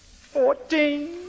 fourteen